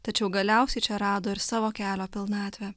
tačiau galiausiai čia rado ir savo kelio pilnatvę